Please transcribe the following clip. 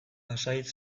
pasahitz